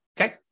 Okay